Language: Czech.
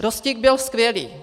Rostík byl skvělý.